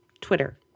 Twitter